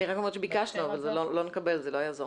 אני רק אומרת שביקשנו, אבל לא נקבל, זה לא יעזור.